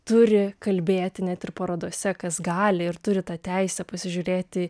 turi kalbėti net ir parodose kas gali ir turi tą teisę pasižiūrėti